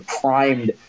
primed